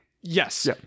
Yes